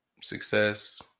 success